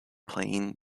playing